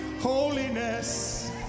holiness